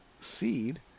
seed